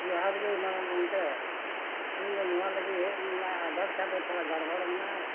ᱡᱚᱦᱟᱨ ᱜᱮ ᱢᱟᱨᱟᱝ ᱜᱚᱢᱠᱮ ᱤᱧᱫᱚ ᱱᱚᱣᱟ ᱞᱟᱹᱜᱤᱫ ᱦᱮᱡ ᱱᱟᱹᱧ ᱤᱧᱟᱹᱜ ᱟᱫᱷᱟᱨ ᱠᱟᱨᱰ ᱨᱮ ᱛᱷᱚᱲᱟ ᱜᱚᱲᱵᱚᱲ ᱢᱮᱱᱟᱜᱼᱟ